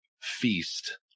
feast